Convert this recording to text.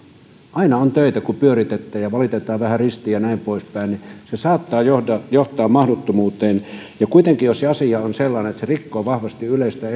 aina on töitä kun pyöritetään ja valitetaan vähän ristiin ja näin poispäin niin se saattaa johtaa johtaa mahdottomuuteen ja kuitenkin jos se asia on sellainen että se rikkoo vahvasti yleistä